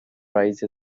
price